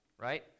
right